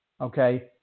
okay